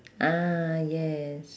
ah yes